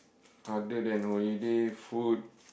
other than holiday food